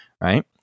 right